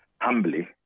humbly